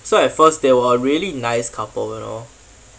so at first they were a really nice couple and all